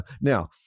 now